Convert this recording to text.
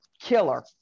killer